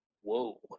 whoa